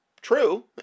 true